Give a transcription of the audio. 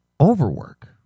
overwork